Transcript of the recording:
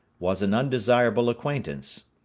was an undesirable acquaintance.